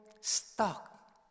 stuck